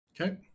Okay